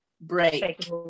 break